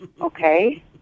Okay